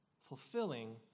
fulfilling